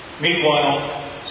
Meanwhile